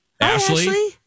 Ashley